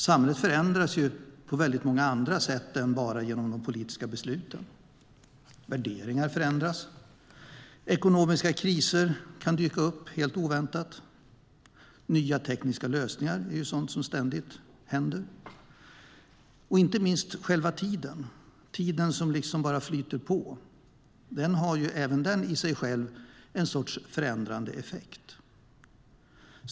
Samhället förändras ju på väldigt många andra sätt än bara genom de politiska besluten. Värderingar förändras, ekonomiska kriser kan dyka upp helt oväntat, nya tekniska lösningar kommer ständigt fram. Inte minst tiden flyter på, och den har i sig själv en sorts förändrande effekt.